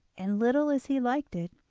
and, little as he liked it,